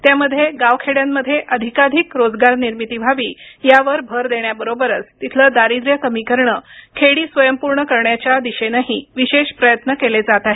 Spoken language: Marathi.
त्यामध्ये गाव खेड्यांमध्ये अधिकाधिक रोजगार निर्मिती व्हावी यावर भर देण्याबरोबरच तिथलं दारिद्र्य कमी करणं खेडी स्वयंपूर्ण करण्याच्या दिशेनंही विशेष प्रयत्न केले जात आहेत